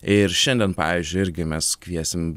ir šiandien pavyzdžiui irgi mes kviesim